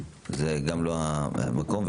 זה גם לא המקום.